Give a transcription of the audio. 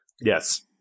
Yes